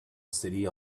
city